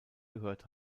gehört